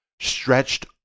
stretched